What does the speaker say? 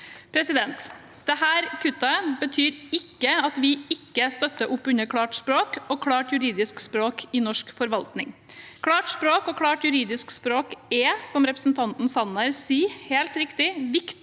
budsjett. Dette kuttet betyr ikke at vi ikke støtter opp under klart språk og klart juridisk språk i norsk forvaltning. Klart språk og klart juridisk språk er, som representanten Sanner helt riktig sier,